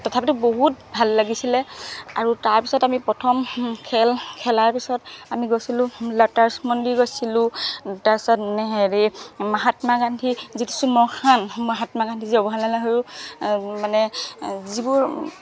তথাপিতো বহুত ভাল লাগিছিলে আৰু তাৰপিছত আমি প্ৰথম খেল খেলাৰ পিছত আমি গৈছিলো ল'টাছ মন্দিৰ গৈছিলো তাৰপিছত হেৰি মহাত্মা গান্ধীৰ যিটো শ্মশান মহাত্মা গান্ধী জৱাহৰলাল নেহৰু মানে যিবোৰ